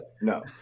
No